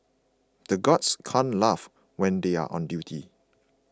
the guards can't laugh when they are on duty